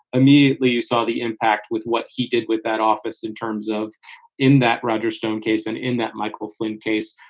immediately you saw the impact with what he did with that office in terms of in that roger stone case and in that michael flynn case,